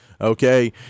Okay